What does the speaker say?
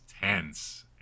tense